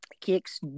kicks